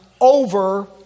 over